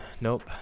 nope